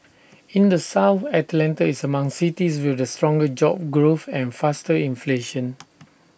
in the south Atlanta is among cities with the stronger job growth and faster inflation